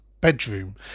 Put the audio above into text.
bedroom